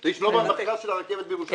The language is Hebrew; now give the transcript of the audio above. זה ישנו במכרז של הרכבת בירושלים?